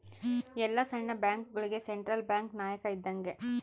ಎಲ್ಲ ಸಣ್ಣ ಬ್ಯಾಂಕ್ಗಳುಗೆ ಸೆಂಟ್ರಲ್ ಬ್ಯಾಂಕ್ ನಾಯಕ ಇದ್ದಂಗೆ